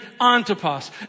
Antipas